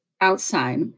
outside